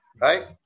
Right